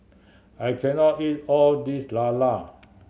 I can not eat all this lala